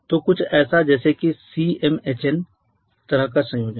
तो कुछ ऐसा जैसे की CmHn तरह का संयोजन